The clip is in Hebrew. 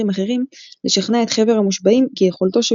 אחרים – לשכנע את חבר המושבעים כי יכולתו של